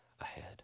ahead